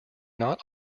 not